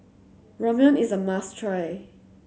Ramyeon is a must try